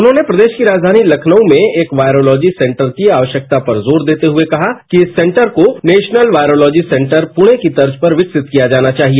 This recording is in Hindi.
उन्होंने प्रदेश की राजधानी लखनऊ में एक वायरोलोजी सेंटर की आवश्यकता पर जोर देते हुए कहा कि इस सेंटर को नेशनल वायरोलोजी सेंटर पुणे की तर्ज पर विकसित किया जाना चाहिए